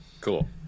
Cool